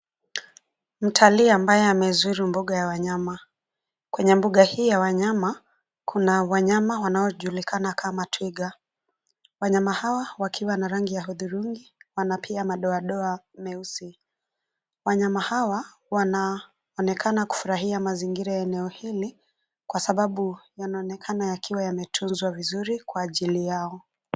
Mtalii ambaye amezuru mbuga ya wanyama. Kwenye mbuga hii ya wanyama, kuna wanyama wanaojulikana kama twiga. Wanyama hawa wakiwa na rangi ya hudhurungi wana pia madoa meusi. Wanyama hawa wanaonekana kufurahia mazingira ya eneo hili kwa sababu yanaonekana yakiwa yametunzwa vizuri kwa ajili yao.